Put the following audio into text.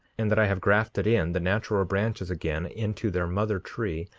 and that i have grafted in the natural branches again into their mother tree,